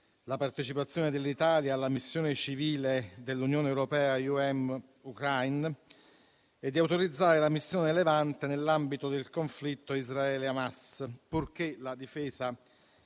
la partecipazione dell'Italia alla missione civile dell'Unione europea EUAM Ucraina e di autorizzare la missione Levante nell'ambito del conflitto tra Israele ed Hamas, purché la difesa